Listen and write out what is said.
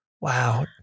Wow